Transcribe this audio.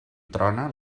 trona